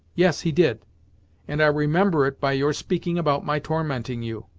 yes he did and i remember it by your speaking about my tormenting you.